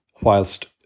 whilst